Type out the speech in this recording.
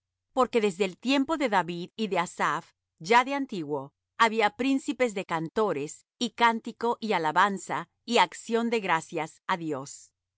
porque desde el tiempo de david y de asaph ya de antiguo había príncipes de cantores y cántico y alabanza y acción de gracias á dios